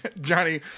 Johnny